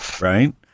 right